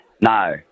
No